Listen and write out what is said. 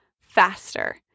faster